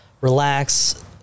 relax